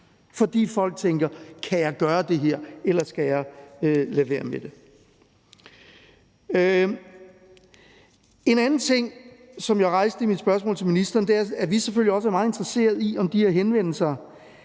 fordi folk tænker: Kan jeg gøre det her, eller skal jeg lade være med det? En anden ting, som jeg rejste i mit spørgsmål til ministeren, er, at vi selvfølgelig også er meget interesserede i, om de her henvendelser